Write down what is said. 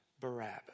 Barabbas